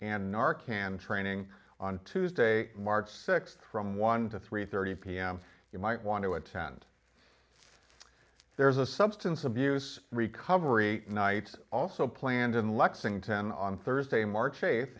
marchand training on tuesday march sixth from one to three thirty pm you might want to attend there's a substance abuse recovery night also planned in lexington on thursday march eighth